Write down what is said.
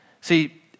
See